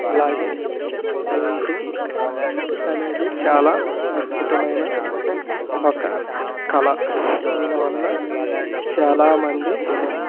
అలాగే పెయింటింగ్ అనేది చాలా అద్భుతమైన ఒక కళ దీనివల్ల చాలామంది